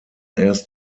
erst